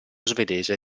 svedese